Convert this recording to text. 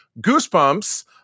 Goosebumps